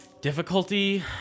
Difficulty